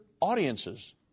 audiences